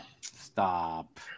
Stop